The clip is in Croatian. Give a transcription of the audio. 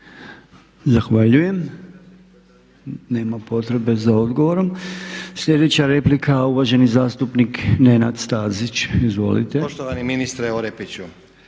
Zahvaljujem. Nema potrebe za odgovorom. Sljedeća replika uvaženi zastupnik Nenad Stazić. Izvolite. **Stazić, Nenad